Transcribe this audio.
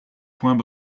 points